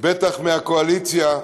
בטח מהקואליציה,